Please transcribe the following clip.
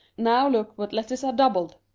now look what letters are doubled.